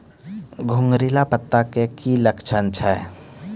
घुंगरीला पत्ता के की लक्छण छै?